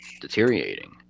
deteriorating